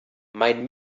mein